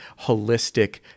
holistic